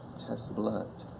test blood,